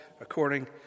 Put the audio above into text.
according